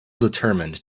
determined